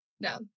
no